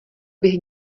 bych